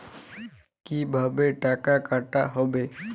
কিভাবে টাকা কাটা হবে?